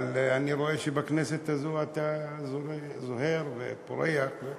אבל אני רואה שבכנסת הזאת אתה זוהר ופורח.